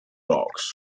dogs